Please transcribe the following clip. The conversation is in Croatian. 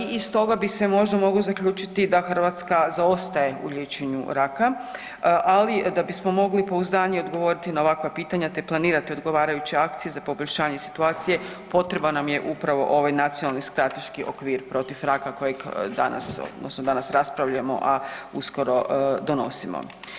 I iz toga bi se možda moglo zaključiti da Hrvatska zaostaje u liječenju raka, ali da bismo mogli pouzdanije odgovoriti na ovakva pitanja te planirati odgovarajuće akcije za poboljšanje situacije potreban je upravo ovaj Nacionalni strateški okvir protiv raka kojeg danas odnosno danas raspravljamo, a uskoro donosimo.